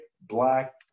black